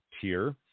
tier